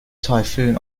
typhoon